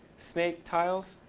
snake tiles.